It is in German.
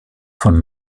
von